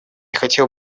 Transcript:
хотел